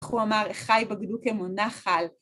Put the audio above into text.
הוא אמר, חי בגדו כמו נחל.